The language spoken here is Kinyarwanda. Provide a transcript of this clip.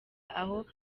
aho